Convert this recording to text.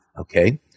Okay